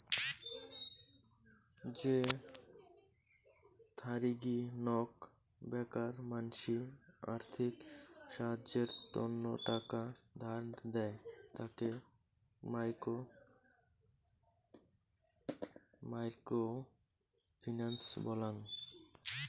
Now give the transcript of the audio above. যে থারিগী নক বেকার মানসি আর্থিক সাহায্যের তন্ন টাকা ধার দেয়, তাকে মাইক্রো ফিন্যান্স বলং